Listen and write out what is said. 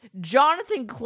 Jonathan